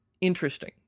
interesting